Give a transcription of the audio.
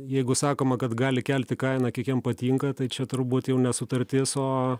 jeigu sakoma kad gali kelti kainą kiek jam patinka tai čia turbūt jau ne sutartis o